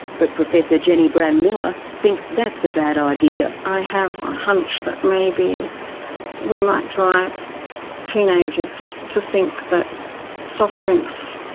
but professor jennie brand-miller thinks that's a bad idea. i have a hunch that maybe we might drive teenagers to think that soft drinks